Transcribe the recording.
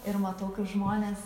ir matau kaip žmonės